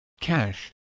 cash